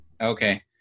Okay